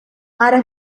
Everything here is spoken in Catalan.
ara